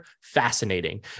fascinating